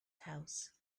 house